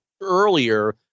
earlier